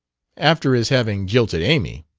after his having jilted amy